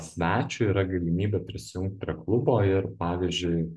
svečiui yra galimybė prisijungt prie klubo ir pavyzdžiui